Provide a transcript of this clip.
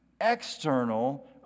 external